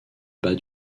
bas